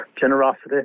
generosity